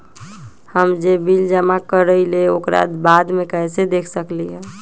हम जे बिल जमा करईले ओकरा बाद में कैसे देख सकलि ह?